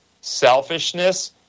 selfishness